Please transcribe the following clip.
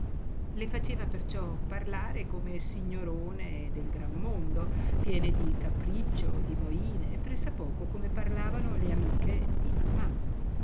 le faceva perciò parlare come signorone del gran mondo piene di capriccio e di moine press'a poco come parlavano le amiche di mammà